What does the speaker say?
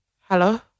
Hello